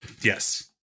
Yes